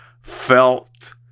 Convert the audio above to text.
felt